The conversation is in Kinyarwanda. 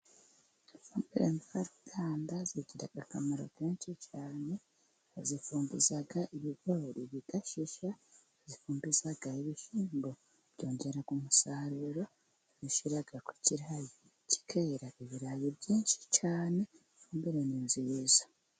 Ifumbire mvaruganda igiraga akamaro kenshi cyane bazifumbiza ibigori bigashishya, bazifumbiza ibishyimbo byongera umusaruro, bashyira ku kirayi kikera ibirayi byinshi cyane, ifumbie ni nziza.